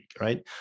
right